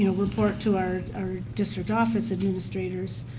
you know report to our our district office administrators.